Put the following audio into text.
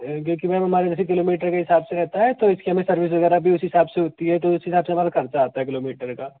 क्योंकि मैम हमारे जैसे किलोमीटर के हिसाब से रहता है तो इसकी हमे सर्विस वगैरह भी उस हिसाब से होती है तो इसी हिसाब से हमारा खर्चा आता है किलोमीटर का